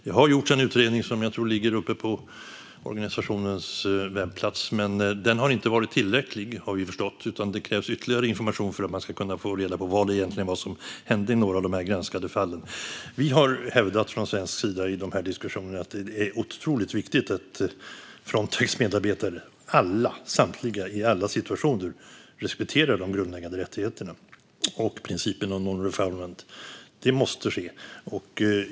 Det har gjorts en utredning som jag tror ligger uppe på organisationens webbplats. Men den har inte varit tillräckligt, har vi förstått. Det krävs ytterligare information för att man ska få reda på vad det egentligen var som hände i några av de granskade fallen. Vi har från svensk sida hävdat i de här diskussionerna att det är otroligt viktigt att alla Frontex medarbetare i alla situationer respekterar de grundläggande rättigheterna och principen om non-refoulement. Det måste ske.